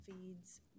feeds